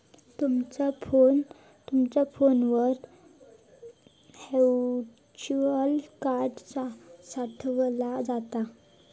तुमचा फोनवर virtual card साठवला जाता